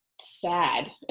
sad